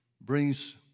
brings